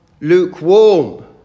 lukewarm